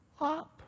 up